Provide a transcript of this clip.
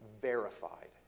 verified